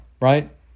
right